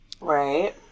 Right